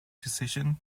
decision